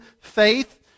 faith